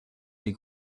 des